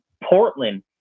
Portland